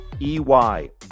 EY